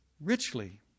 richly